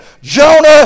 Jonah